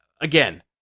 Again